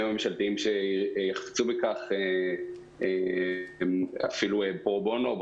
הממשלתיים שיחפצו בכך ואפילו פרו בונו,